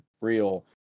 real